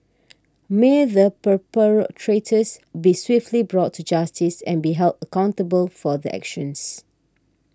may the be swiftly brought to justice and be held accountable for their actions